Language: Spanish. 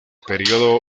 periodo